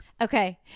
Okay